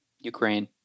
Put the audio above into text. Ukraine